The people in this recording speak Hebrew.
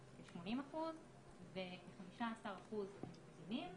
כ-80% וכ-15% הם קטינים,